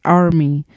army